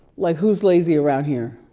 like who's lazy around here?